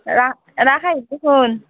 ৰাস ৰাস আহিছে চোন